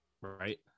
right